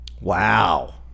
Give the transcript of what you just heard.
Wow